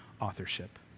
authorship